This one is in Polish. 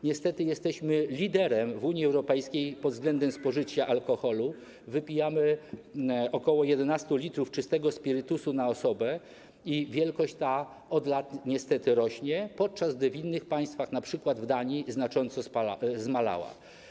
Niestety jesteśmy liderem w Unii Europejskiej pod względem spożycia alkoholu, wypijamy ok. 11 l czystego spirytusu na osobę i wielkość ta od lat niestety rośnie, podczas gdy w innych państwach, np. w Danii, znacząco zmalała.